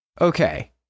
Okay